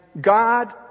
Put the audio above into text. God